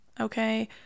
Okay